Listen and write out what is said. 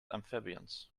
amphibians